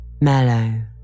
mellow